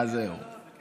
בכיף, אני פה.